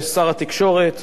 חברות הכנסת,